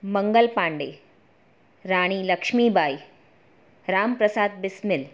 Mangal Pandey Rani Lakshmi Bai Ramprasad Bismil